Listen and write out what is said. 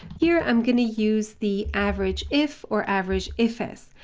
here i'm going to use the average if or average if s.